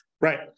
Right